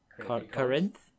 Corinth